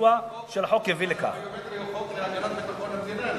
החוק הביומטרי הוא חוק להגנת ביטחון המדינה,